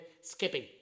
skipping